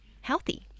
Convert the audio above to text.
healthy